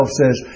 says